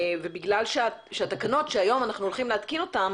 בגלל שהתקנות שהיום אנחנו הולכים להתקין אותן